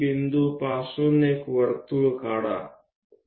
બિંદુ P થી એક વર્તુળ દોરો